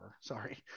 Sorry